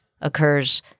occurs